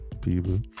people